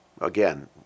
Again